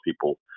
people